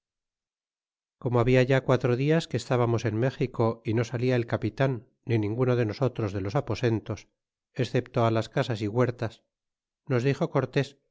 como habla ya quatro dias que estábamos en méxico y no salía el capitan ni ninguno de nosotros de los aposentos excepto á las casas huertas nos dixo cortés